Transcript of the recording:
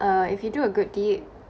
uh if you do a good deed